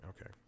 okay